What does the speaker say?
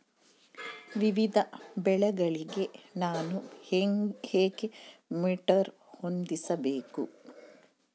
ವಿವಿಧ ಬೆಳೆಗಳಿಗೆ ನಾನು ಹೇಗೆ ಮೋಟಾರ್ ಹೊಂದಿಸಬೇಕು?